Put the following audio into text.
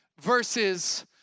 versus